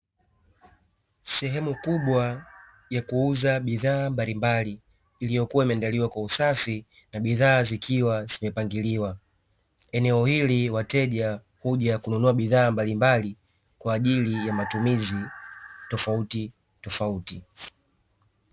Sehemu kubwa ya kuuza bidhaa mbalimbali iliyokuwa imeandaliwa kwa usafi na bidhaa zikiwa zimepangiliwa, eneo hili wateja huja kununua bidhaa mbalimbali kwaajili ya matumizi tofautitofauti.